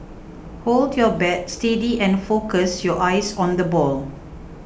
hold your bat steady and focus your eyes on the ball